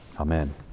Amen